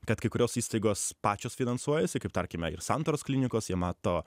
kad kai kurios įstaigos pačios finansuojasi kaip tarkime ir santaros klinikos jie mato